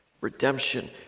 Redemption